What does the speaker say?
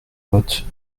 vote